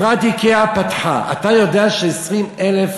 "איקאה", אתה יודע ש-20,000